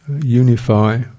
unify